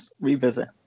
revisit